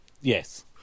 Yes